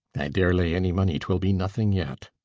i dare lay any money t will be nothing yet.